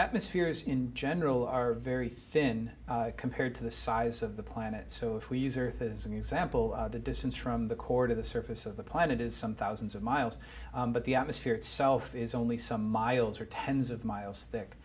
atmospheres in general are very thin compared to the size of the planet so if we use or things and example the distance from the core to the surface of the planet is some thousands of miles but the atmosphere itself is only some miles or tens of miles thick